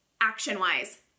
action-wise